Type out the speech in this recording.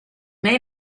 may